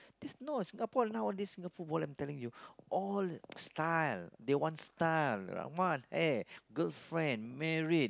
this no Singapore nowadays Singapore football I'm telling you all style they want style they want hair girlfriend married